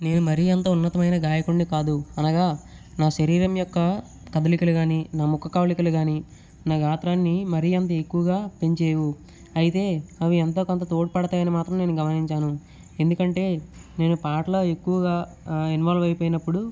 నేను మరీ అంత ఉన్నతమైన గాయకుడిని కాదు అనగా నా శరీరం యొక్క కదలికలు కానీ నా ముఖ కవళికలు కానీ నా గాత్రాన్ని మరీ అంత ఎక్కువగా పెంచేయవు అయితే అవి ఎంతో కొంత తోడ్పడతాయని గమనించాను ఎందుకంటే నేను పాటల ఎక్కువగా ఇన్వాల్వ్ అయిపోయినప్పుడు